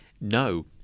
No